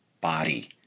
body